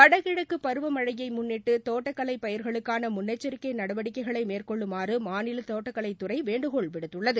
வடகிழக்கு பருவமழையை முன்னிட்டு தோட்டக்கலைப் பயிர்களுக்காள முன்னெச்சரிக்கை நடவடிக்கைகளை மேற்கொள்ளுமாறு மாநில தோட்டக்கலைத்துறை வேண்டுகோள் விடுத்துள்ளது